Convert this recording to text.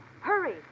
Hurry